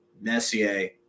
Messier